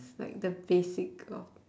it's like the basic of